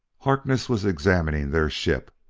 harkness was examining their ship,